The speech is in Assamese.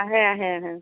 আহে আহে আহে